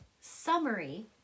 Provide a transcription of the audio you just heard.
summary